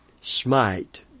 smite